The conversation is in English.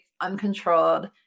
uncontrolled